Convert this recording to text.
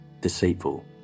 deceitful